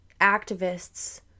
activists